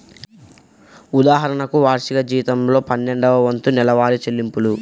ఉదాహరణకు, వార్షిక జీతంలో పన్నెండవ వంతు నెలవారీ చెల్లింపులు